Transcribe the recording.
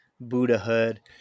Buddhahood